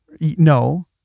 No